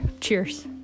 Cheers